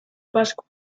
pascua